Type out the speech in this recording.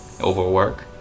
overwork